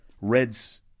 Reds